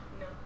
No